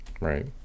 Right